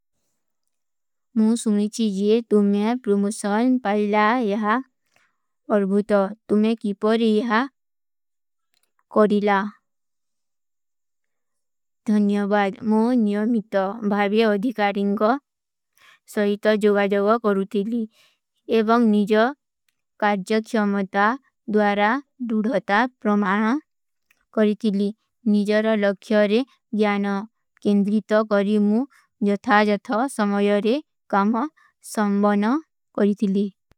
ମୁଂ ସୁମ୍ରିଚୀ ଜିଯେ ତୁମ୍ହେ ପ୍ରୋମୋଷନ ପାଲିଲା ଯହା। ଅର୍ଭୂତ ତୁମ୍ହେ କୀପର ଯହା କରିଲା। ଧନ୍ଯଵାଦ, ମୁଂ ନିଯମିତ ଭାଵେ ଅଧିକାରିଂଗ ସହିତ ଜୋଗଜଗ କରୂତିଲୀ ଏବଂଗ ନିଜଵ କାର୍ଜକ ଶମତା ଦ୍ଵାରା ଡୂଢଥତା ପ୍ରମାନ କରିତିଲୀ। ଦନ୍ଯଵାଦ, ମୁଂ ନିଯମିତ ଭାଵେ ଅଧିକାରିଂଗ ସହିତ ଜୋଗଜଗ କରୂତିଲୀ ଏବଂଗ ଡୂଢଥତା ଡୂଢଥତା ପ୍ରମାନ କରିତିଲୀ।